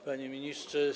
Panie Ministrze!